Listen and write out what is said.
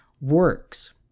works